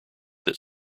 that